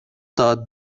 داد